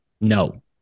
No